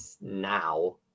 now